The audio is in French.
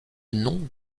nom